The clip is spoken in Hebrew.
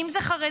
אם זה חרדים,